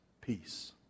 peace